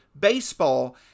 baseball